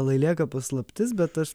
lai lieka paslaptis bet aš